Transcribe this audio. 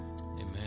Amen